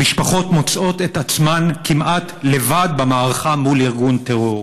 המשפחות מוצאות את עצמן כמעט לבד במערכה מול ארגון טרור.